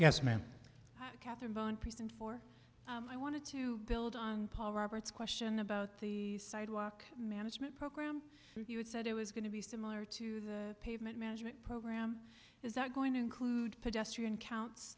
yes ma'am catherine bone president for i wanted to build on paul roberts question about the sidewalk management program you had said it was going to be similar to the pavement management program is that going to include pedestrian counts